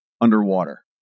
underwater